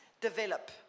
develop